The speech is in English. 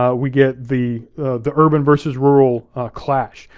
ah we get the the urban versus rural clash.